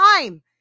time